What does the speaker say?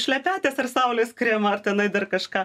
šlepetės ar saulės kremą ar tenai dar kažką